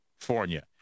california